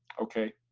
okay.